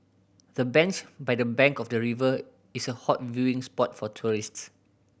the bench by the bank of the river is a hot viewing spot for tourists